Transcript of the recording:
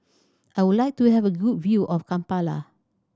I would like to have a good view of Kampala